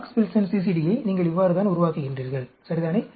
box Wilson CCD யை நீங்கள் இவ்வாறுதான் உருவாக்குகின்றீர்கள் சரிதானே